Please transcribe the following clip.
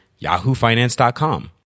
yahoofinance.com